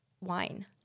wine